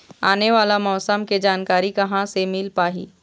आने वाला मौसम के जानकारी कहां से मिल पाही?